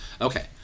Okay